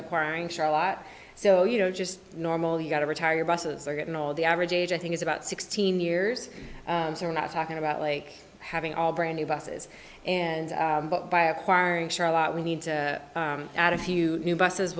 acquiring share a lot so you know just normal you got to retire buses are getting old the average age i think is about sixteen years so we're not talking about like having all brand new buses and by acquiring sure a lot we need to add a few new buses